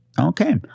Okay